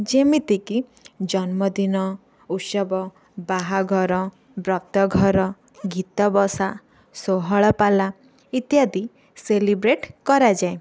ଯେମିତିକି ଜନ୍ମଦିନ ଉତ୍ସବ ବାହାଘର ବ୍ରତଘର ଗୀତାବସା ଷୋହଳ ପାଲା ଇତ୍ୟାଦି ସେଲିବ୍ରେଟ କରାଯାଏ